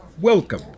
Welcome